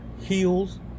heels